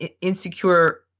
insecure